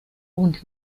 und